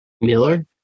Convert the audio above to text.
Miller